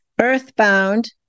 earthbound